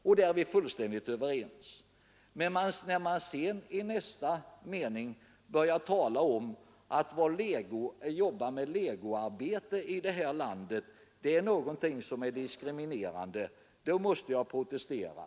Där är vi fullständigt överens, men när man sedan i nästa mening börjar tala om att i det här landet är legoarbete någonting diskriminerande, då måste jag protestera.